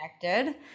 connected